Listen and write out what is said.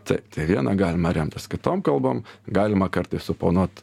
taip tai viena galima remtis kitom kalbom galima kartais suponuot